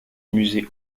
musée